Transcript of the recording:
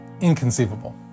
inconceivable